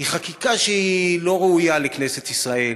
היא חקיקה שהיא לא ראויה לכנסת ישראל.